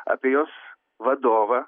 apie jos vadovą